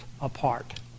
apart